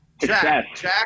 Jack